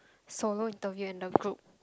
solo interview in a group